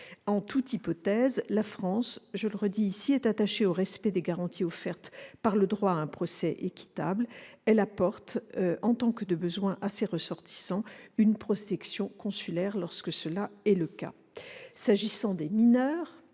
En toute hypothèse, je le redis, la France est attachée au respect des garanties offertes par le droit à un procès équitable. Elle apporte en tant que de besoin à ses ressortissants une protection consulaire lorsque cela est le cas. Les mineurs